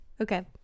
Okay